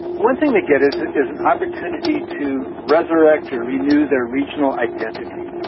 one thing they get is ah is an opportunity to resurrect or renew their regional identity,